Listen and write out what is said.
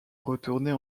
retourner